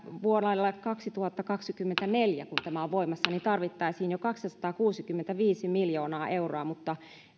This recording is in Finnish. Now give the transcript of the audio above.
vuodelle kaksituhattakaksikymmentäneljä kun tämä on voimassa tarvittaisiin jo kaksisataakuusikymmentäviisi miljoonaa euroa mutta